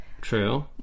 True